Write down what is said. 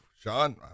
Sean